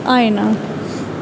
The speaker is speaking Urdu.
آئینہ